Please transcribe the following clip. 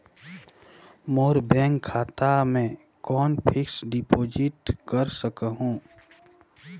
मोर bank खाता मे कौन फिक्स्ड डिपॉजिट कर सकहुं?